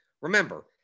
remember